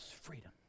freedom